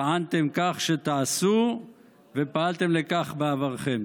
טענתם שתעשו ופעלתם לכך בעברכם?